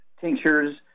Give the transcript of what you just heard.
tinctures